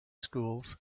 schools